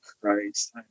Christ